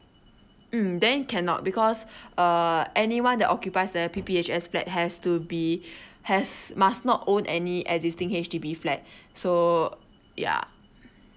mm then cannot because uh anyone that occupies the P_P_H_S flat has to be has must not own any existing H_D_B flat so yeah